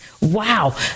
Wow